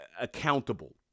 accountable